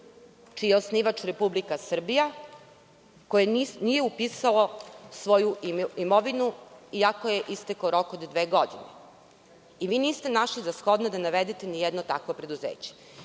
čiji je osnivač Republika Srbija koje nije upisalo svoju imovinu iako je istekao rok od dve godine. Niste našli za shodno da navedete nijedno takvo preduzeće.